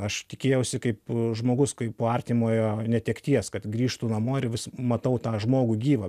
aš tikėjausi kaip žmogus kai po artimojo netekties kad grįžtų namo ir vis matau tą žmogų gyvą